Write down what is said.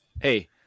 Hey